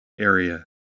area